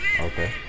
okay